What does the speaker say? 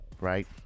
right